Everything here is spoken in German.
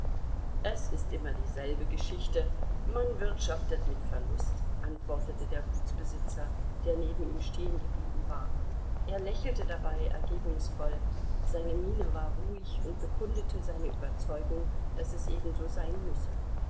es ist immer dieselbe geschichte man wirtschaftet mit verlust antwortete der gutsbesitzer der neben ihm stehengeblieben war er lächelte dabei ergebungsvoll seine miene war ruhig und bekundete seine überzeugung daß es eben so sein müsse